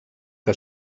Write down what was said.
que